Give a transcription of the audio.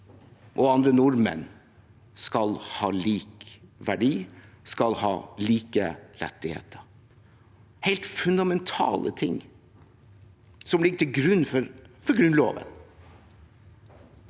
og andre nordmenn – skal ha lik verdi og like rettigheter. Det er helt fundamentale ting som ligger til grunn for Grunnloven.